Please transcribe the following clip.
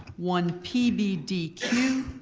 one p b d q,